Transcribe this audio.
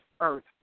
earth